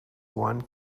one